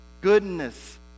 goodness